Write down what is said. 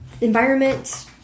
environment